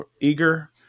eager